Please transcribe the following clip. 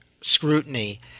scrutiny